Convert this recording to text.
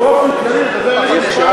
ולהגיד באופן כללי לגבי,